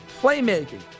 Playmaking